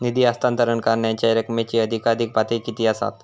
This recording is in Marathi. निधी हस्तांतरण करण्यांच्या रकमेची अधिकाधिक पातळी किती असात?